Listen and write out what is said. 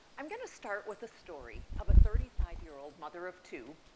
um going to start with a story of a thirty five year old mother of two,